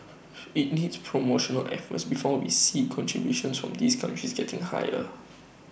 IT needs promotional effort before we see contributions from these countries getting higher